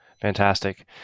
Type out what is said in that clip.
Fantastic